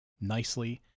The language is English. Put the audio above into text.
nicely